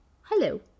hello